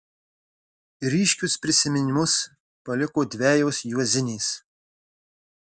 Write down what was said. ryškius prisiminimus paliko dvejos juozinės